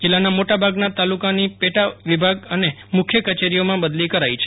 જિલ્લાના મોટાભાગના તાલુકાની પેટા વિભાગ અને મુખ્ય કચેરીએથી બદલી કરાઈ છે